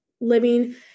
living